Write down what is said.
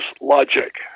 logic